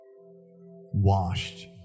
washed